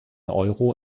euro